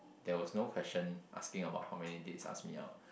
there was no question asking about how many dates ask me out